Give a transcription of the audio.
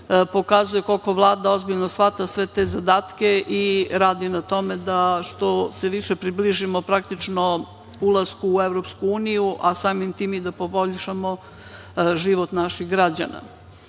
pokazuje koliko Vlada ozbiljno shvata sve te zadatke i radi na tome da što se više približimo ulasku u EU, a samim tim i da poboljšamo život naših građana. Što